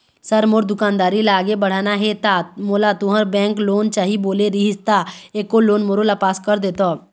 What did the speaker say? Sir मोर दुकानदारी ला आगे बढ़ाना हे ता मोला तुंहर बैंक लोन चाही बोले रीहिस ता एको लोन मोरोला पास कर देतव?